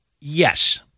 Yes